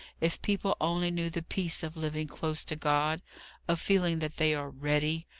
if people only knew the peace of living close to god of feeling that they are ready!